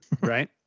right